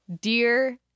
Dear